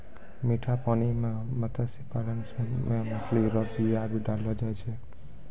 मीठा पानी मे मत्स्य पालन मे मछली रो बीया भी डाललो जाय छै